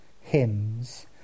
hymns